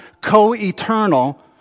co-eternal